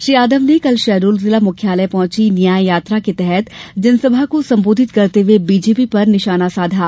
श्री यादव ने कल शहडोल जिला मुख्यालय पहंची न्याय यात्रा के तहत जनसभा को संबोधित करते हए बीजेपी पर निशाना साधा